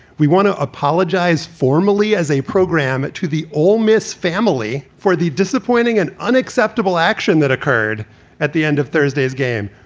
we want to apologize formally as a program to the ole miss family for the disappointing and unacceptable action that occurred at the end of thursday's game.